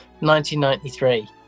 1993